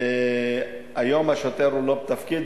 היום השוטר הוא לא בתפקיד,